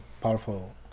powerful